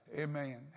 Amen